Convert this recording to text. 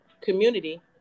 community